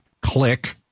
Click